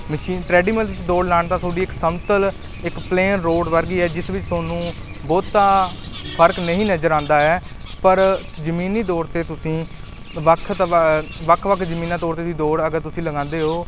machine treadmill ਦੌੜ ਲਾਉਣ ਦਾ ਤੁਹਾਡੀ ਇੱਕ ਸਮਤਲ ਇੱਕ ਪਲੇਨ ਰੋਡ ਵਰਗੀ ਹੈ ਜਿਸ ਵਿੱਚ ਤੁਹਾਨੂੰ ਬਹੁਤਾ ਫਰਕ ਨਹੀਂ ਨਜ਼ਰ ਆਉਂਦਾ ਹੈ ਪਰ ਜ਼ਮੀਨੀ ਦੌੜ 'ਤੇ ਤੁਸੀਂ ਵੱਖ ਵੱਖ ਵੱਖ ਜ਼ਮੀਨੀ ਤੌਰ 'ਤੇ ਵੀ ਦੌੜ ਅਗਰ ਤੁਸੀਂ ਲਗਾਉਂਦੇ ਹੋ